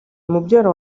mubyara